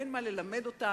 אין מה ללמד אותם.